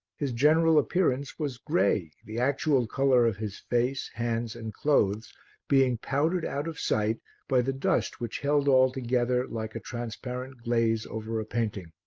his general appearance was grey, the actual colour of his face, hands and clothes being powdered out of sight by the dust which held all together like a transparent glaze over a painting.